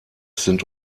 sind